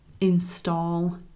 install